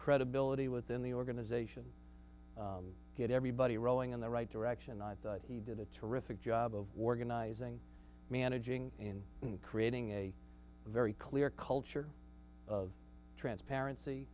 credibility within the organization get everybody rowing in the right direction i thought he did a terrific job of war ghanaians ing managing and creating a very clear culture of transparency